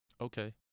Okay